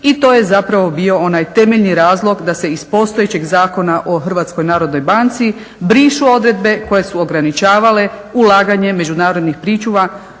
i to je zapravo bio onaj temeljni razlog da se iz postojećeg Zakona o Hrvatskoj narodnoj banci brišu odredbe koje su ograničavale ulaganje međunarodnih pričuva